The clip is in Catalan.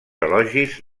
elogis